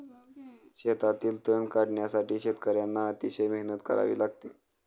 शेतातील तण काढण्यासाठी शेतकर्यांना अतिशय मेहनत करावी लागते